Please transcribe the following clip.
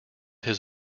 his